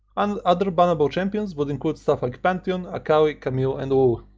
um other bannable champions would include stuff like pantheon, akali, camille and lulu.